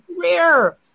rare